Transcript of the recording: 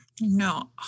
No